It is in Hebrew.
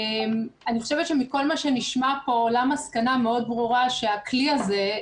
אני חושבת שמכל מה שנשמע פה עולה מסקנה מאוד ברורה שהכלי הזה,